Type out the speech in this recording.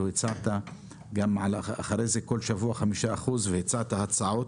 הצעת אחרי זה כל שבוע 5% והצעת הצעות,